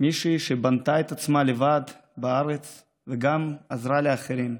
מישהי שבנתה את עצמה לבד בארץ וגם עזרה לאחרים,